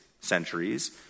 centuries